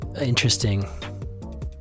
Interesting